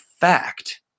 fact